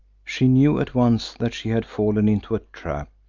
she knew at once that she had fallen into a trap,